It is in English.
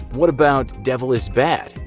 what about devil is bad?